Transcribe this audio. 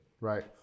right